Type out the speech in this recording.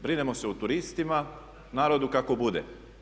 Brinemo se o turistima, narodu kako bude.